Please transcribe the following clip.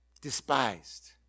despised